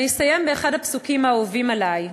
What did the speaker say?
אני אסיים באחד הפסוקים האהובים עלי,